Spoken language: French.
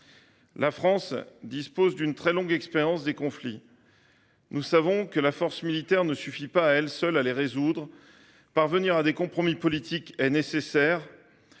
La France dispose d’une très longue expérience des conflits. Nous savons que la force militaire ne suffit pas à elle seule à les résoudre. Parvenir à des compromis politiques est nécessaire.